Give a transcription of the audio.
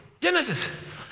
Genesis